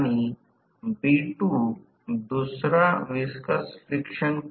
तर VThevenin v j x mr1 j x1e x m असेल